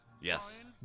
yes